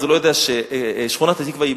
אז הוא לא יודע ששכונת-התקווה היא